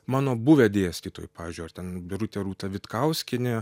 mano buvę dėstytojai pavyzdžiui ar ten birutė rūta vitkauskienė